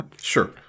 sure